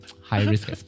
high-risk